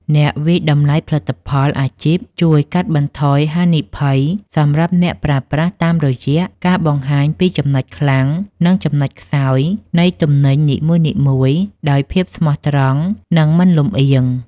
អ្នកវាយតម្លៃផលិតផលអាជីពជួយកាត់បន្ថយហានិភ័យសម្រាប់អ្នកប្រើប្រាស់ តាមរយៈការបង្ហាញពីចំណុចខ្លាំង និងចំណុចខ្សោយនៃទំនិញនីមួយៗដោយភាពស្មោះត្រង់ និងមិនលម្អៀង។